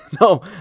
no